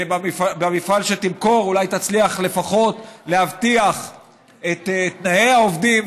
במפעל שתמכור אולי תצליח לפחות להבטיח את תנאי העובדים,